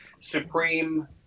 Supreme